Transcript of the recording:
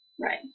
Right